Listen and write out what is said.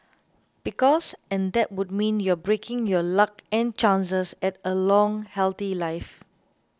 because and that would mean you're breaking your luck and chances at a long healthy life